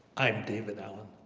i'm david allen.